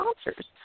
sponsors